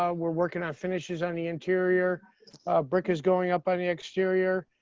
ah we're working on finishes on the interior. a brick has going up on the exterior.